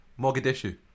Mogadishu